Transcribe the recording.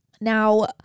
Now